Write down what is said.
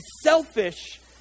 selfish